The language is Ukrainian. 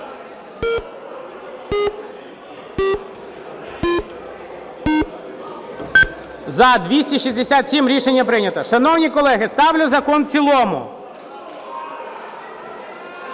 За-267 Рішення прийнято. Шановні колеги, ставлю закон в цілому.